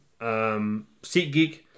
SeatGeek